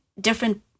different